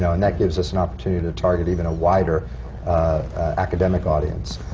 so and that gives us an opportunity to target even a wider academic audience.